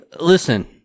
Listen